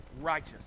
righteous